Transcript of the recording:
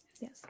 Yes